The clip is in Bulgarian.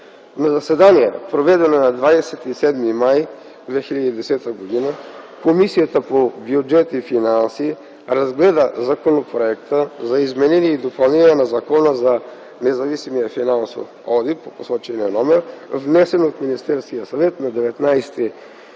На заседание, проведено на 27 май 2010 г., Комисията по бюджет и финанси разгледа Законопроекта за изменение и допълнение на Закона за независимия финансов одит, № 002-01-41, внесен от Министерски съвет на 19 май